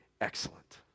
excellent